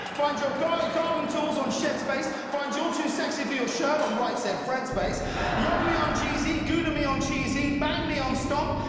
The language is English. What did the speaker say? find your garden tools on shedspace, find you're too sexy for your shirt on rightsaidfredspace. young me on jeezy, gouda me on cheesy, bang me on stomp,